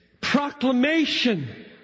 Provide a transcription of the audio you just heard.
proclamation